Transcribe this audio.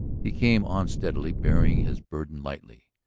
he came on steadily, bearing his burden lightly.